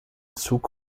zug